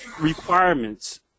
requirements